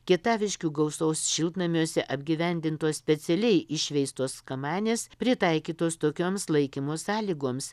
kietaviškių gausos šiltnamiuose apgyvendintos specialiai išveistos kamanės pritaikytos tokioms laikymo sąlygoms